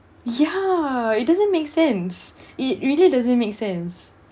ya it doesn't make sense it really doesn't make sense